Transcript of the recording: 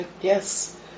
yes